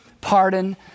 pardon